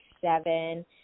seven